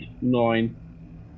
nine